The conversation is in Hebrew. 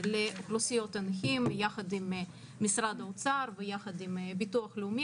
לאוכלוסיות הנכים יחד עם משרד האוצר ויחד עם הביטוח הלאומי.